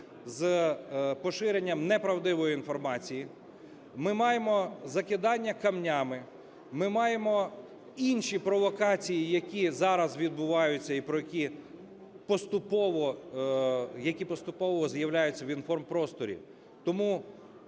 з поширенням неправдивої інформації. Ми маємо закидання камінням, ми маємо інші провокації, які зараз відбуваються і про які поступово з'являються в інформпросторі. Тому